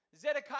Zedekiah